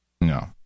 No